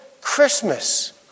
Christmas